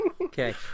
Okay